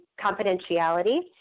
confidentiality